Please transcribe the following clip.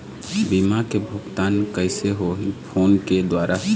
बीमा के भुगतान कइसे होही फ़ोन के द्वारा?